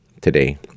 today